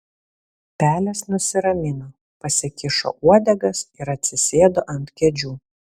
pelės nusiramino pasikišo uodegas ir atsisėdo ant kėdžių